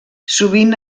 sovint